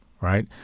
right